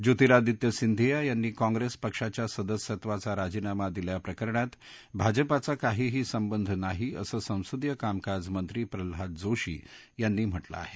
ज्योतिरादित्य सिंदिया यांनी काँप्रेस पक्षाच्या सदस्यत्वाचा राजीनामा दिल्याप्रकरणात भाजपाचा काहीही संबंध नाही असं संसदीय कामकाज मंत्री प्रल्हाद जोशी यांनी म्हटलं आहे